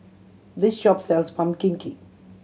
this shop sells pumpkin cake